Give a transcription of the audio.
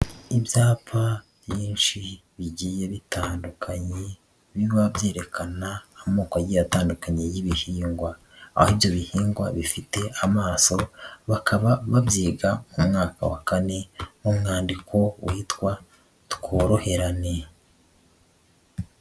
Ibyapa byinshi bigiye bitandukanye biba byerekana amoko agiye atandukanye y'ibihingwa, aho ibyo bihingwa bifite amaso bakaba babyiga mu mwaka wa kane, mu mwandiko witwa tworoherane.